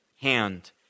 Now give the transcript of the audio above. hand